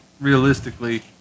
realistically